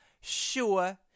Sure